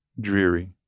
dreary